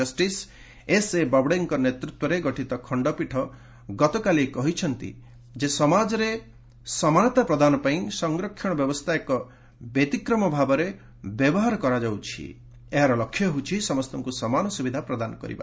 justice S A ବବଡେଙ୍କ ନେତୃତ୍ୱରେ ଗଠିତ ଖଣ୍ଡପୀଠ ଗତକାଲି କହିଛନ୍ତି ଯେ ସମାଜରେ ସମାନତା ପ୍ରଦାନ ପାଇଁ ସଂରକ୍ଷଣ ବ୍ୟବସ୍ଥା ଏକ ବ୍ୟତିକ୍ରମ ଭାବରେ ବ୍ୟବହାର କରାଯାଇଛି ଏବଂ ଏହାର ଲକ୍ଷ୍ୟ ହେଉଛି ସମସ୍ତଙ୍କୁ ସମାନ ସୁବିଧା ପ୍ରଦାନ କରିବା